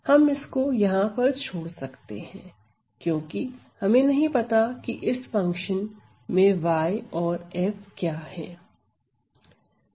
हम इसको यहां पर छोड़ सकते हैं क्योंकि हमें नहीं पता कि इस फंक्शन में y और f क्या है